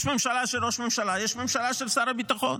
יש ממשלה של ראש הממשלה ויש ממשלה של שר הביטחון.